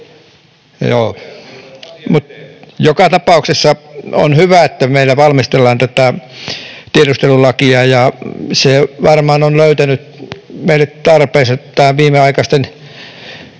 välihuuto] — Joka tapauksessa on hyvä, että meillä valmistellaan tätä tiedustelulakia, ja se varmaan on löytänyt meillä tarpeensa näiden viimeaikaisten